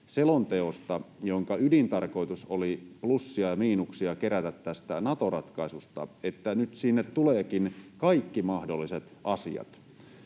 selonteosta, jonka ydintarkoitus oli kerätä plussia ja miinuksia tästä Nato-ratkaisusta, että nyt sinne tuleekin kaikki mahdolliset asiat,